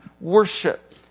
worship